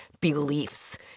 beliefs